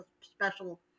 special